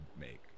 make